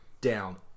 down